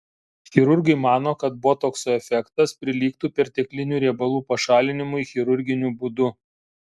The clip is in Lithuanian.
chirurgai mano kad botokso efektas prilygtų perteklinių riebalų pašalinimui chirurginiu būdu